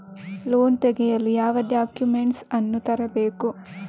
Loan ತೆಗೆಯಲು ಯಾವ documents ಅನ್ನು ತರಬೇಕು?